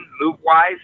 move-wise